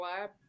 Lab